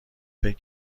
فکر